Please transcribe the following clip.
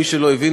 מי שלא הבין,